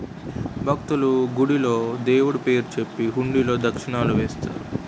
భక్తులు, గుడిలో దేవుడు పేరు చెప్పి హుండీలో దక్షిణలు వేస్తారు